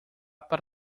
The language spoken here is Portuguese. para